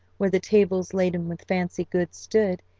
where the tables laden with fancy goods stood,